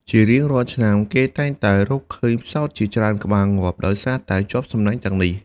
ជារៀងរាល់ឆ្នាំ គេតែងតែរកឃើញផ្សោតជាច្រើនក្បាលងាប់ ដោយសារតែជាប់សំណាញ់ទាំងនេះ។